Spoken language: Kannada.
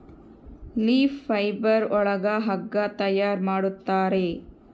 ಲೀಫ್ ಫೈಬರ್ ಒಳಗ ಹಗ್ಗ ತಯಾರ್ ಮಾಡುತ್ತಾರೆ